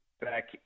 back